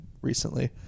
recently